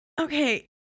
Okay